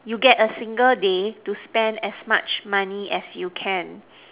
you get a single day to spend as much money as you can